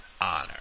honor